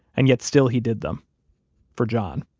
and yet still he did them for john